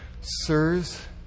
Sirs